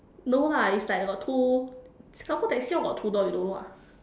no lah it's like got two Singapore taxi all got two door you don't know ah